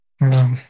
No